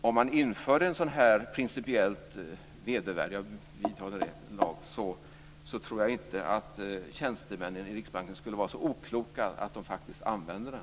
Om man införde en sådan här principiellt vedervärdig lag - jag vidhåller det - så tror jag inte att tjänstemännen på Riksbanken skulle vara så okloka att de faktiskt använde den.